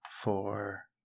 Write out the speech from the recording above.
four